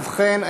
ובכן,